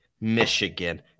Michigan